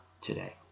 today